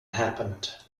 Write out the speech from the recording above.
happened